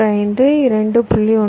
15 2